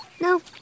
No